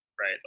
right